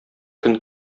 көн